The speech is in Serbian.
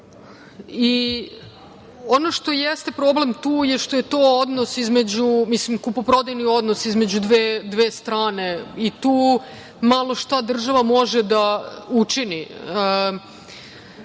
Ono što jeste problem tu je što je to kupoprodajni odnos između dve strane i tu malo šta država može da učini.